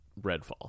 Redfall